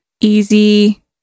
easy